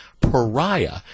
pariah